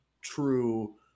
true